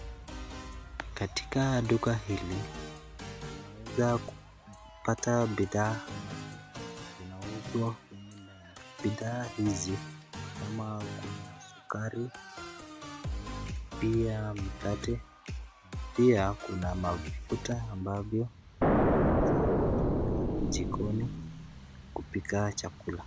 Katika duka hili unaweza kupata bidhaa ambazo zinauzwa. Bidhaa hizi ni kama kuna sukari, pia mkate, pia kuna mafuta ambavyo unaweza kutumika jikoni kupika chakula.